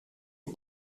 est